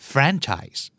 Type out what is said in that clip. Franchise